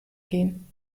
gehen